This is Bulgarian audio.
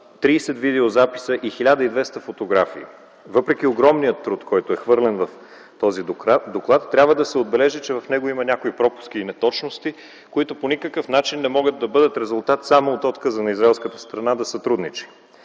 30 видеозаписа и 1200 фотографии. Въпреки огромният труд, който е хвърлен в този доклад, трябва да се отбележи, че в него има някои пропуски и неточности, които по никакъв начин не могат да бъдат резултат само от отказа на израелската страна да сътрудничи.